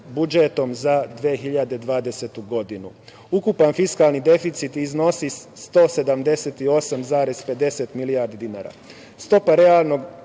budžetom za 2020. godinu. Ukupan fiskalni deficit iznosi 178,50 milijardi dinara. Stopa realnog